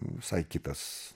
visai kitas